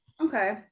okay